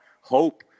hope